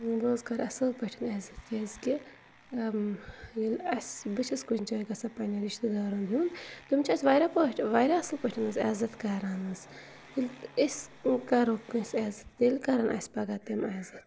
بہٕ حظ کَرٕ اَصٕل پٲٹھٮۍ عزت کیٛازِکہِ ییٚلہِ اَسہِ بہٕ چھَس کُنہِ جایہِ گژھان پنٕنٮ۪ن رِشتہٕ دارَن ہُنٛد تِم چھِ اَسہِ واریاہ پٲٹھۍ واریاہ اَصٕل پٲٹھۍ حظ عزت کَران حظ ییٚلہِ أسۍ کَرو کٲنٛسہِ عزت تیٚلہِ کَرن اَسہِ پَگاہ تِم عزت